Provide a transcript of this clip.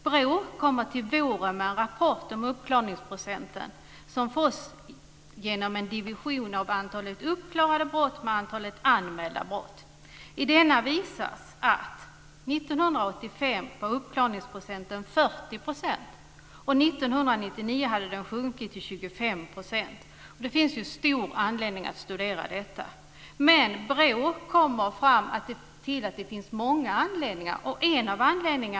BRÅ kommer till våren att lägga fram en rapport om uppklaringsfrekvensen, som beräknas genom att man dividerar antalet uppklarade brott med antalet anmälda brott. I rapporten kommer att visas att uppklaringsandelen 1985 var 40 % men 1999 hade sjunkit till 25 %. Det finns stor anledning att studera detta. BRÅ kommer fram till att det finns många anledningar till denna utveckling.